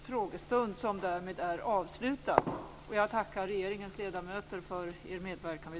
Fru talman!